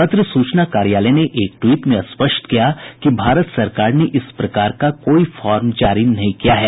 पत्र सूचना कार्यालय ने एक ट्वीट में स्पष्ट किया कि भारत सरकार ने इस प्रकार का कोई फॉर्म जारी नहीं किया है